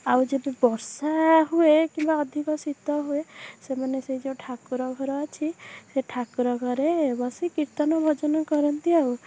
ଆଉ ଯଦି ବର୍ଷା ହୁଏ କିମ୍ବା ଅଧିକ ଶୀତ ହୁଏ ସେମାନେ ସେହି ଯେଉଁ ଠାକୁର ଘର ଅଛି ସେ ଠାକୁର ଘରେ ବସି କୀର୍ତ୍ତନ ଭଜନ କରନ୍ତି ଆଉ